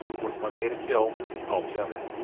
when one made a kill he called the other,